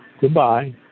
goodbye